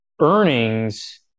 earnings